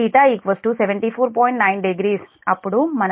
90 అప్పుడు మనకు |Eg |1